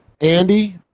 Andy